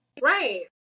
Right